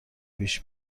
پیش